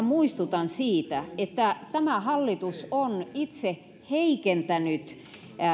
muistutan siitä että tämä hallitus on itse heikentänyt